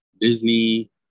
Disney